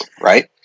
right